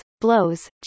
blows